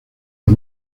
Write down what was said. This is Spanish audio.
las